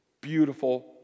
beautiful